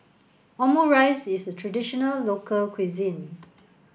Omurice is traditional local cuisine